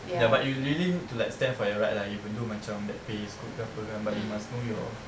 ya but you really need to stand for your right lah even though macam that pay is good ke apa kan but you must know your